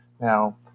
Now